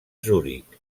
zuric